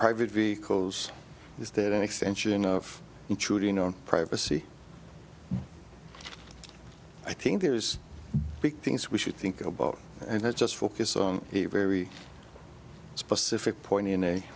i vehicles is that an extension of intruding on privacy i think there is big things we should think about and let's just focus on a very specific point in a